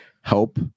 help